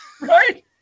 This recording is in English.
right